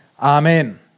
Amen